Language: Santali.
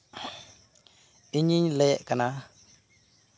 ᱤᱧᱤᱧ ᱞᱟᱹᱭᱮᱜ ᱠᱟᱱᱟ